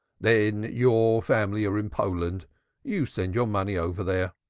then your family are in poland you send your money over there.